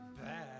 bad